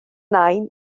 nain